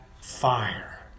fire